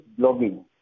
blogging